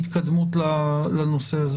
בהתקדמות הנושא הזה.